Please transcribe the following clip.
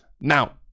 now